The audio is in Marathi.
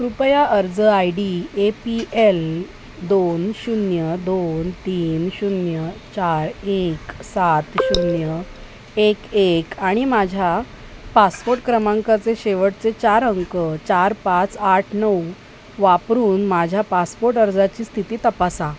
कृपया अर्ज I D A P L दोन शून्य दोन तीन शून्य चार एक सात शून्य एक एक आणि माझ्या पासपोर्ट क्रमांकाचे शेवटचे चार अंक चार पाच आठ नऊ वापरून माझ्या पासपोर्ट अर्जाची स्थिती तपासा